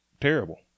terrible